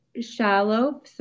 Shallow